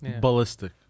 ballistic